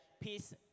peace